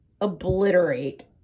obliterate